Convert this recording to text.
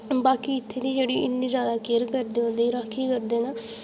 बाकी इत्थें दी जेह्ड़ी इन्नी ज्यादा केयर करदे होंदे राक्खी करदे न